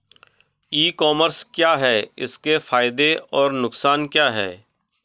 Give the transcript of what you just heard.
ई commerce क्या है इसके फायदे और नुकसान क्या है?